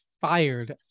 fired